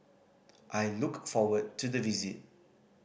I look forward to the visit